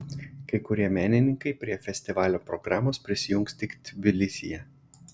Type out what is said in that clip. kai kurie menininkai prie festivalio programos prisijungs tik tbilisyje